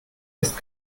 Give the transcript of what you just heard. ist